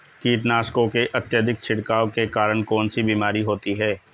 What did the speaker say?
कीटनाशकों के अत्यधिक छिड़काव के कारण कौन सी बीमारी होती है?